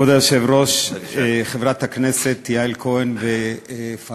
כבוד היושב-ראש, חברת הכנסת יעל כהן-פארן,